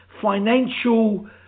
financial